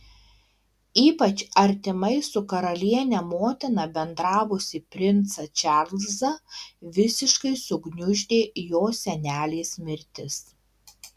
ypač artimai su karaliene motina bendravusį princą čarlzą visiškai sugniuždė jo senelės mirtis